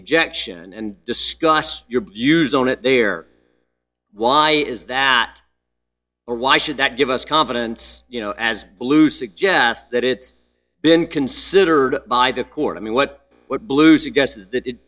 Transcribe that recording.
objection and discuss your views on it there why is that or why should that give us confidence you know as blue suggests that it's been considered by the court i mean what blue suggests is that